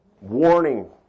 Warning